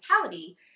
mentality